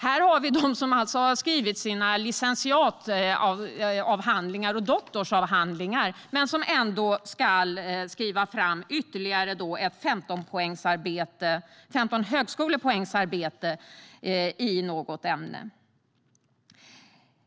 Här har vi dem som har skrivit sina licentiatavhandlingar och doktorsavhandlingar men som ändå ska skriva fram ett arbete på 15 högskolepoäng i något ämne.